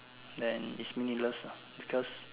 then it's meaningless lah because